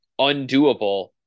undoable